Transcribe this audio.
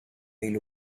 will